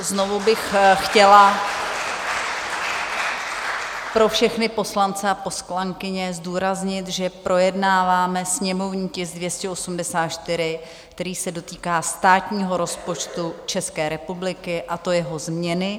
Znovu bych chtěla pro všechny poslance a poslankyně zdůraznit, že projednáváme sněmovní tisk 284, který se dotýká státního rozpočtu České republiky, a to jeho změny.